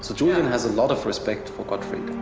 so julian has a lot of respect for gottfrid. i